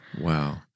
Wow